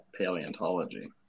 paleontology